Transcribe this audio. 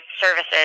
services